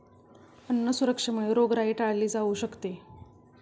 अन्न सुरक्षेमुळे रोगराई टाळली जाऊ शकते